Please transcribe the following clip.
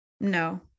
No